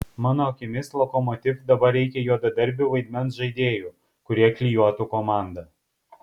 mano akimis lokomotiv dabar reikia juodadarbių vaidmens žaidėjų kurie klijuotų komandą